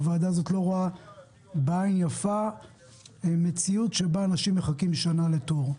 הוועדה הזאת לא רואה בעין יפה מציאות שבה אנשים מחכים שנה לתור.